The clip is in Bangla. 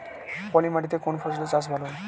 পলি মাটিতে কোন ফসলের চাষ ভালো হয়?